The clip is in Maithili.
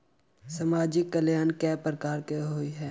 सामाजिक कल्याण केट प्रकार केँ होइ है?